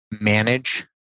manage